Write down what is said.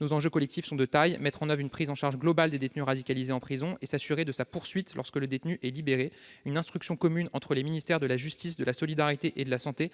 Les enjeux collectifs sont de taille : mettre en oeuvre une prise en charge globale du détenu radicalisé en prison et s'assurer de sa poursuite lorsque le détenu est libéré. Une instruction commune aux ministères de la justice et des solidarités et de la santé